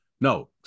no